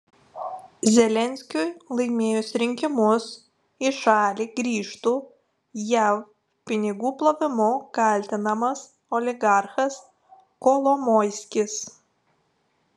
zelenskiui laimėjus rinkimus į šalį grįžtų jav pinigų plovimu kaltinamas oligarchas kolomoiskis